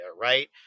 right